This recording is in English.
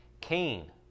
Cain